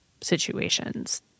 situations